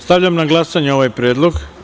Stavljam na glasanje ovaj predlog.